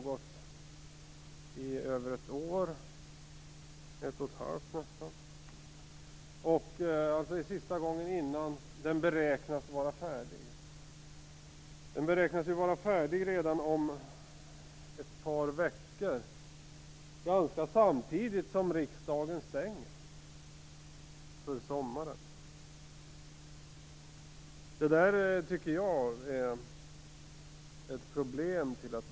Detta är sista gången som vi har möjlighet att diskutera regeringskonferensen innan den beräknas att vara slutförd. Den beräknas vara färdig redan om ett par veckor, ungefär samtidigt som riksdagen stänger för sommaruppehåll. Jag tycker att detta är ett problem.